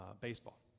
baseball